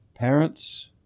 Parents